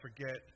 forget